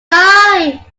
die